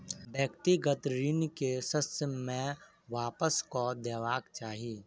व्यक्तिगत ऋण के ससमय वापस कअ देबाक चाही